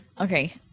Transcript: Okay